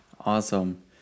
Awesome